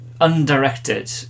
undirected